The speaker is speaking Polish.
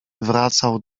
wracał